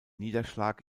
niederschlag